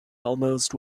almost